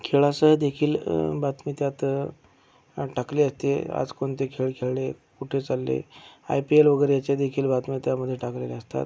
खेळाचंदेखील बातमी त्यात टाकली जाते आज कोणते खेळ खेळले कुठे चालले आय पी एल वगैरेच्या देखील बातम्या त्यामध्ये टाकलेल्या असतात